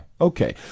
Okay